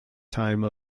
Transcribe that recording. time